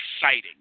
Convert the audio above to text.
exciting